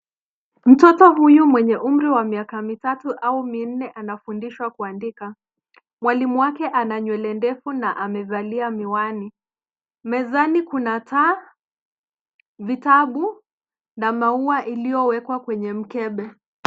Mtoto huyu mwenye umri wa miaka mitatu au minne anafundishwa kuandika. Mwalimu wake ana nywele ndefu na amevalia miwani. Mezani kuna taa, vitabu, na maua iliyowekwa kwenye mkebe.